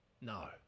No